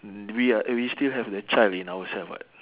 mm we ah eh we still have the child in ourselves [what]